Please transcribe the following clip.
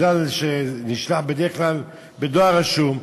כי זה נשלח בדרך כלל בדואר רשום,